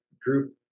group